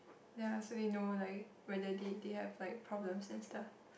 ya so they know like whether they they have like problems and stuff